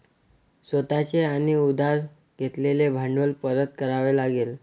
स्वतः चे आणि उधार घेतलेले भांडवल परत करावे लागेल